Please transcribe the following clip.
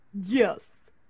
Yes